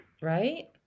Right